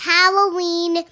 Halloween